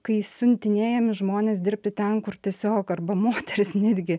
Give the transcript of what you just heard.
kai siuntinėjami žmonės dirbti ten kur tiesiog arba moterys netgi